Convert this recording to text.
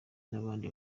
n’abandi